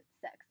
sex